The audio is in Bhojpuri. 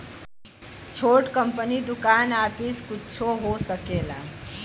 छोट कंपनी दुकान आफिस कुच्छो हो सकेला